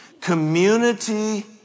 Community